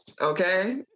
Okay